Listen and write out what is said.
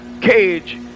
cage